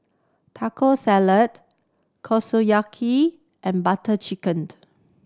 Taco Salad Kushiyaki and Butter Chickened